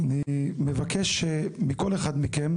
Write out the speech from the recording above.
אני מבקש מכל אחד מכם,